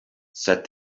said